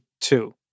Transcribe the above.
two